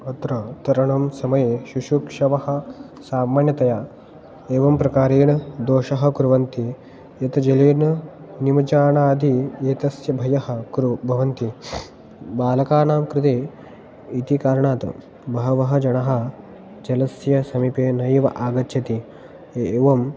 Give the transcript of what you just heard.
अत्र तरणं समये शिशुक्षवः सामान्यतया एवंप्रकारेण दोषं कुर्वन्ति यत् जलेन निमज्जनादि एतस्य भयं कुरु भवन्ति बालकानां कृते इति कारणात् बहवः जनाः जलस्य समीपे नैव आगच्छन्ति ए एवं